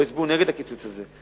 לא הצביעו נגד הקיצוץ הזה.